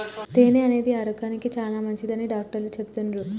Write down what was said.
తేనె అనేది ఆరోగ్యానికి చాలా మంచిదని డాక్టర్లు చెపుతాన్రు